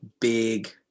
big